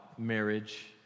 marriage